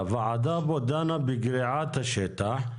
הוועדה דנה בגריעת השטח.